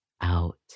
out